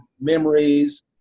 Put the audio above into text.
memories